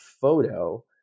photo